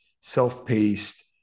self-paced